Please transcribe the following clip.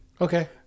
okay